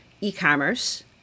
e-commerce